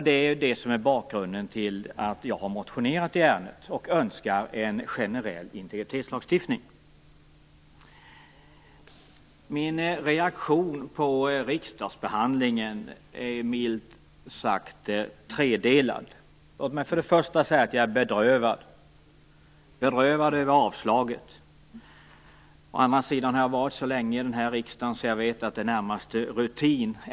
Det är det som är bakgrunden till att jag har motionerat i ärendet och önskar se en generell integritetslagstiftning. Min reaktion på riksdagsbehandlingen är tredelad. För det första är jag bedrövad. Jag är bedrövad över avslaget. Jag har varit så länge här i riksdagen att jag vet att detta närmast är rutin.